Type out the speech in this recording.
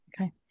Okay